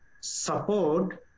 support